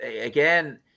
again